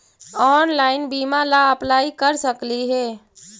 Online बीमा ला apply कर सकली हे?